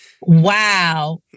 Wow